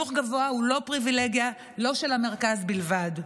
חינוך גבוה הוא לא פריבילגיה של המרכז בלבד,